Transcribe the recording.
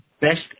Best